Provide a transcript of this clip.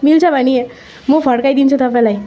मिल्छ भने म फर्काइदिन्छु तपाईँलाई